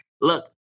look